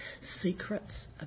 secrets